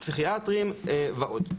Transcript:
פסיכיאטרים ועוד.